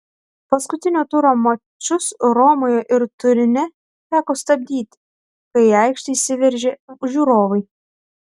paskutinio turo mačus romoje ir turine teko stabdyti kai į aikštę įsiveržė žiūrovai